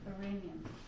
Iranian